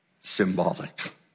symbolic